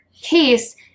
case